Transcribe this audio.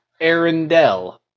Arendelle